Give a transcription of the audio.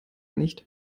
nicht